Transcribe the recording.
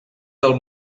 del